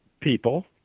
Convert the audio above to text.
people